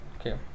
Okay